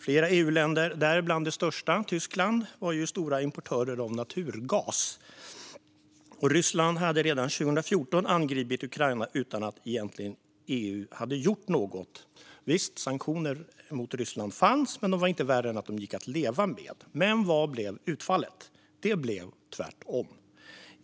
Flera EU-länder, däribland det största, Tyskland, var ju stora importörer av naturgas. Och Ryssland hade redan 2014 angripit Ukraina utan att EU egentligen hade gjort något. Visst, sanktioner mot Ryssland fanns, men de var inte värre än att de gick att leva med. Men vad blev utfallet? Det blev tvärtom.